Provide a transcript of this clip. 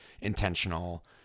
intentional